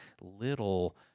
little